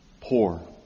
poor